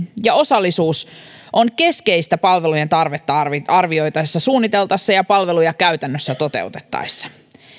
ja osallisuus ovat keskeisiä palvelujen tarvetta arvioitaessa suunniteltaessa ja palveluja käytännössä toteutettaessa